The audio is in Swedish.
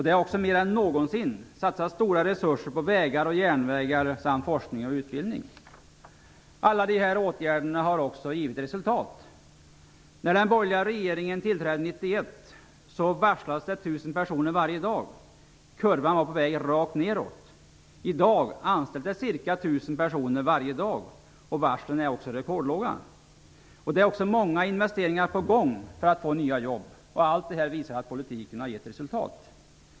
Det har också mer än någonsin satsats stora resurser på vägar och järnvägar samt på forskning och utbildning. Alla de här åtgärderna har också givit resultat. När den borgerliga regeringen tillträdde 1991 varslades 1 000 personer varje dag. Kurvan var på väg rakt nedåt. I dag anställs ca 1 000 personer varje dag och antalet varsel är rekordlågt. Det är också många investeringar på gång för att få nya jobb. Allt det här visar att politiken har gett resultat.